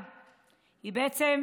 ללמד,